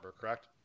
Correct